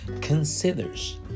considers